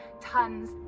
tons